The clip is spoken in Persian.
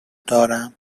دارم